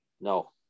No